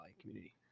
community